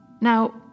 Now